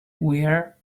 where